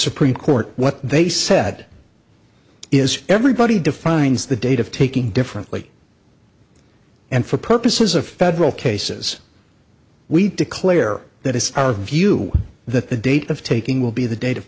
supreme court what they said is everybody defines the date of taking differently and for purposes of federal cases we declare that is our view that the date of taking will be the date of